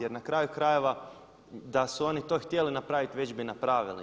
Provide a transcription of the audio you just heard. Jer na kraju krajeva da su oni to htjeli napraviti već bi napravili.